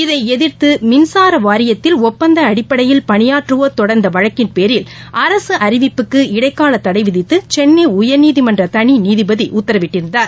இதைஎதிர்த்துமின்சாரவாரியத்தில் ஒப்பந்தஅடிப்படையில் பணியாற்றுவோர் தொடர்ந்தவழக்கின் பேரில் அரசுஅறிவிப்புக்கு இடைக்காலதடைவிதித்துசென்னைஉயர்நீதிமன்றதனிநீதிபதிஉத்தரவிட்டிருந்தார்